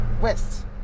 west